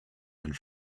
and